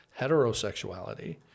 heterosexuality